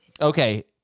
Okay